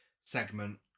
segment